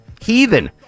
Heathen